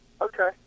Okay